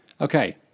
Okay